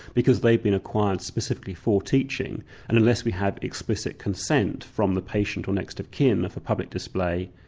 because they'd be acquired specifically for teaching and unless we have explicit consent from the patient or next of kin for public display,